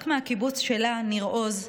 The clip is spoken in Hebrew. רק מהקיבוץ שלה, ניר עוז,